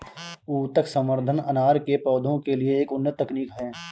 ऊतक संवर्धन अनार के पौधों के लिए एक उन्नत तकनीक है